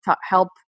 help